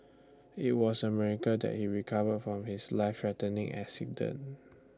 IT was A miracle that he recovered from his life threatening accident